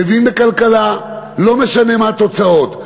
מבין בכלכלה, לא משנה מה התוצאות.